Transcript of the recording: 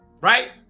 right